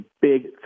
big